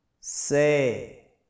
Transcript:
Say